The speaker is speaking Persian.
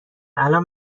الان